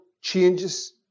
changes